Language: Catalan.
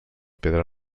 pedra